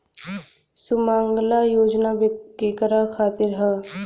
सुमँगला योजना केकरा खातिर ह?